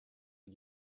you